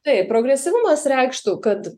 taip progresyvumas reikštų kad